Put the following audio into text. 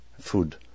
food